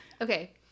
okay